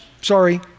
sorry